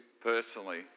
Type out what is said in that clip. personally